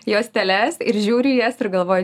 juosteles ir žiūriu į jas ir galvoju